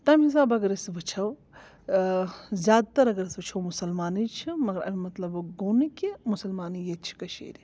تَمہِ حِساب اگر أسۍ وُچھو زیادٕ تَر اگر أسۍ وُچھو مُسلمانٕے چھِ مگر اَمہِ مطلب گوٚو نہٕ کہِ مُسلمانٕے یٲتۍ چھِ کٔشیٖرِ